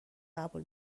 قبول